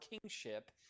kingship